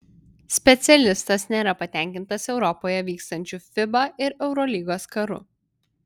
specialistas nėra patenkintas europoje vykstančiu fiba ir eurolygos karu